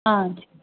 ஆ okay